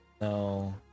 No